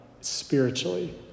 spiritually